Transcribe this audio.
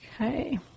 Okay